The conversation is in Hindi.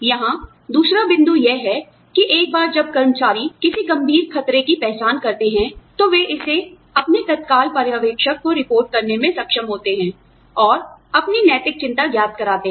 यहां दूसरा बिंदु यह है कि एक बार जब कर्मचारी किसी गंभीर खतरे की पहचान करते हैं तो वे इसे अपने तत्काल पर्यवेक्षक को रिपोर्ट करने में सक्षम होते हैं और अपनी नैतिक चिंता ज्ञात कराते हैं